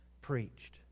preached